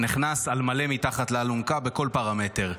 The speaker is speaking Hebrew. נכנס על מלא מתחת לאלונקה בכל פרמטר.